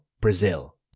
Brazil